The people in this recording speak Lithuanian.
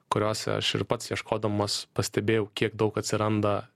kuriose aš ir pats ieškodamas pastebėjau kiek daug atsiranda